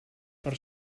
per